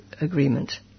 agreement